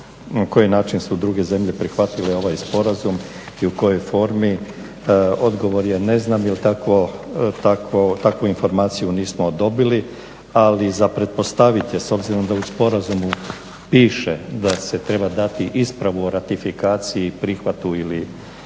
koji način su druge zemlje prihvatile ovaj Sporazum i u kojoj formi odgovor je ne znam jer takvu informaciju nismo dobili. Ali za pretpostavit je s obzirom da u sporazumu piše da se treba dati ispravu o ratifikaciji i prihvatu ili